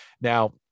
Now